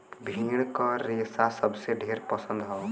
भेड़ क रेसा सबके ढेर पसंद हौ